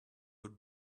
good